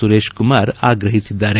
ಸುರೇಶ್ ಕುಮಾರ್ ಆಗ್ರಹಿಸಿದ್ದಾರೆ